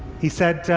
he said,